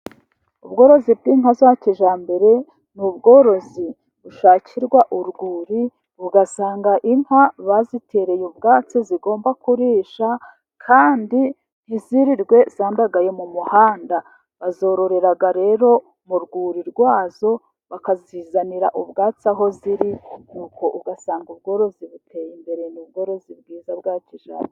Ubworozi bw'inka za kijyambere ni ubworozi bushakirwa urwuri, ugasanga inka bazitereye ubwatsi zigomba kurisha, kandi ntizirirwe zandagaye mu muhanda. Bazororera rero mu rwuri rwazo, bakazizanira ubwatsi aho ziri, nuko ugasanga ubworozi buteye imbere, n'ubworozi bwiza bwa kijyambere.